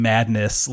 Madness